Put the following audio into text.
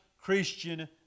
Christian